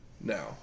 now